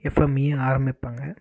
எஃப்எம்மையே ஆரம்பிப்பாங்க